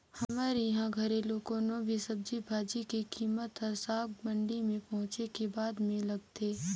हमर इहां घरेलु कोनो भी सब्जी भाजी के कीमेत हर साग मंडी में पहुंचे के बादे में लगथे